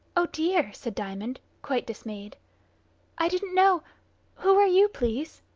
oh dear! said diamond, quite dismayed i didn't know who are you, please?